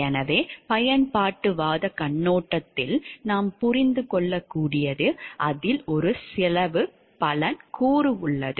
எனவே பயன்பாட்டுவாதக் கண்ணோட்டத்தில் நாம் புரிந்து கொள்ளக்கூடியது அதில் ஒரு செலவு பலன் கூறு உள்ளது